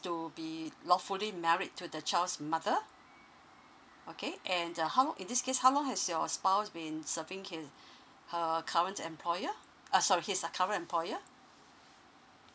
to be lawfully married to the child's mother okay and uh how in this case how long has your spouse been serving his her current employer uh sorry his current employer